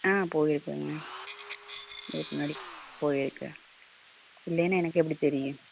ஆ போயிருக்கேங்க இதுக்கு முன்னாடி போயிருக்கேன் இல்லைனா எனக்கு எப்படி தெரியும்